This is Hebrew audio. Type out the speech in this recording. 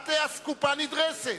את אסקופה נדרסת.